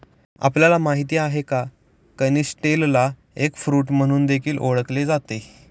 आपल्याला माहित आहे का? की कनिस्टेलला एग फ्रूट म्हणून देखील ओळखले जाते